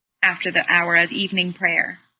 after the hour of evening prayer.